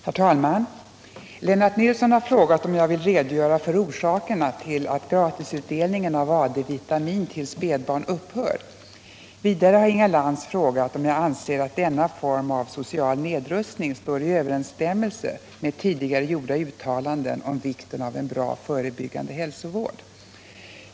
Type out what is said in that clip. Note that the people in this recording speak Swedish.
Herr talman! Lennart Nilsson har frågat om jag vill redogöra för orsakerna till att gratisutdelningen av AD-vitaminer till spädbarn upphör. Vidare har Inga Lantz frågat om jag anser att denna form av social nedrustning står i överensstämmelse med tidigare gjorda uttalanden om vikten av en bra förebyggande hälsovård.